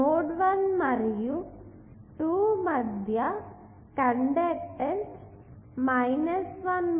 node 1 మరియు 2 మధ్య conductance 1 millisiemens ఉంటుంది